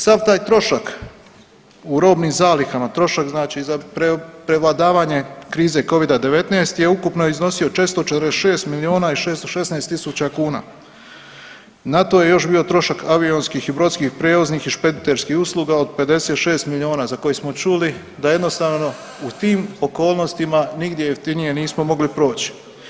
Sav taj trošak u robnim zalihama, trošak znači za prevladavanje krize covida-19 je ukupno iznosio 446 milijuna i 616 tisuća kuna, na to je još bio trošak avionskih i brodskih i špediterskih usluga od 56 milijuna za koje smo čuli da jednostavno u tim okolnostima nigdje jeftinije nismo mogli proći.